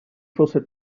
fosse